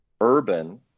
urban